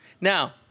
Now